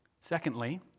Secondly